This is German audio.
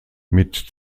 mit